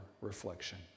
reflection